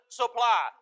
supply